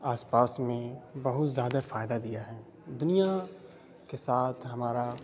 آس پاس میں بہت زیادہ فائدہ دیا ہے دنیا کے ساتھ ہمارا